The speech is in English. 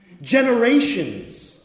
Generations